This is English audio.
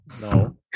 no